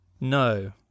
No